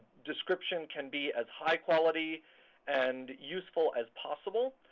description can be as high quality and useful as possible.